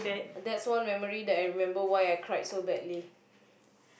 that's I memory that I remember why I cried so badly